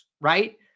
right